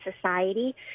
society